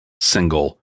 single